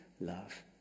love